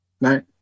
Right